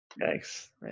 Thanks